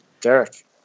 Derek